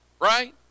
right